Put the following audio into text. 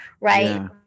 right